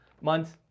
months